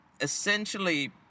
essentially